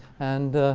and